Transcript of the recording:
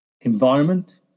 environment